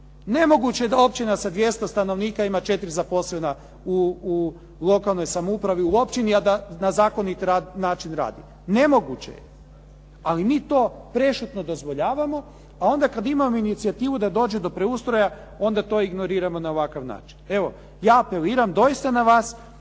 Nemoguće je da općina sa 200 stanovnika ima četiri zaposlena u lokalnoj samoupravi u općini a da na zakoniti način radi, nemoguće je ali mi to prešutno dozvoljavamo a onda kad imamo inicijativu da dođe do preustroja onda to ignoriramo na ovakav način. Ja apeliram doista na vas,